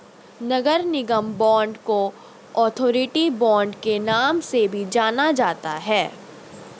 नगर निगम बांड को authority bond के नाम से भी जाना जाता है